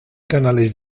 canales